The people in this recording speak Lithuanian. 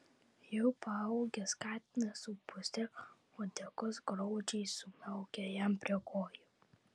jau paaugęs katinas su puse uodegos graudžiai sumiaukė jam prie kojų